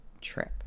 trip